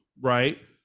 right